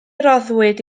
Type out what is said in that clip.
roddwyd